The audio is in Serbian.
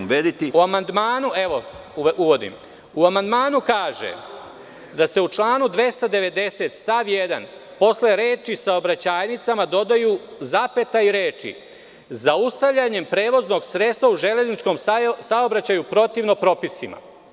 U amandmanu se kaže da se u članu 290. stav 1. posle reči: „saobraćajnicama“ dodaju zapeta i reči: „zaustavljanjem prevoznog sredstva u železničkom saobraćaju protivno propisima“